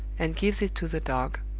and gives it to the dog.